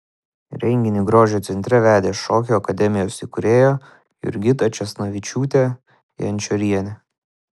renginį grožio centre vedė šokių akademijos įkūrėja jurgita česnavičiūtė jančorienė